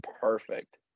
Perfect